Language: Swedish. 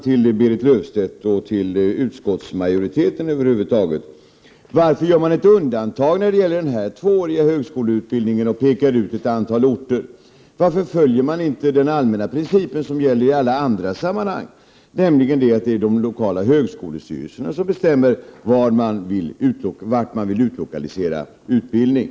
Jag skulle vilja fråga öm Berit Löfstedt och utskottsmajoriteten över huvud taget: Varför göra ett undantag när det gäller denna tvååriga högskoleutbildning och peka ut just ett antal orter? Varför följer man inte den allmänna princip som gäller i alla andra sammanhang, nämligen att det är de lokala högskolestyrelserna som bestämmer vart man vill utlokalisera utbildningen?